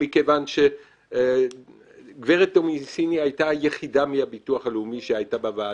מכיוון שגברת דומיניסיני הייתה היחידה מהביטוח הלאומי שהייתה בוועדה.